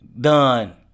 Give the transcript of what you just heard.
done